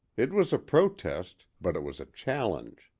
it was a protest, but it was a challenge.